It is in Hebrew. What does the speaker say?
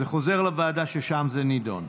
זה חוזר לוועדה ששם זה נדון.